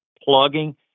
plugging